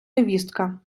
невістка